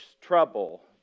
trouble